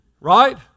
Right